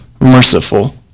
merciful